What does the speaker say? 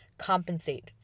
compensate